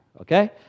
Okay